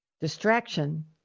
Distraction